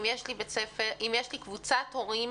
אם יש קבוצת הורים